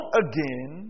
again